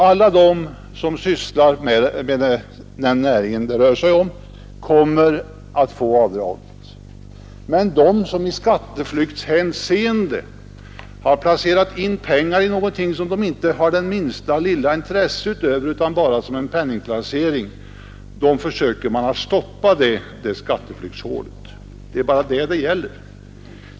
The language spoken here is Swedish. Alla de som ägnar sig åt den näring det rör sig om kommer att få göra avdrag, men man försöker fylla igen luckan i lagen för dem som i skatteflyktssyfte har placerat pengar i projekt som de inte har det minsta intresse för utöver att de representerar en penningplacering. Det är bara den saken det gäller.